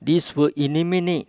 this will eliminate